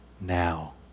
now